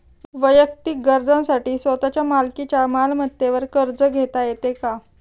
वैयक्तिक गरजांसाठी स्वतःच्या मालकीच्या मालमत्तेवर कर्ज घेता येतो का?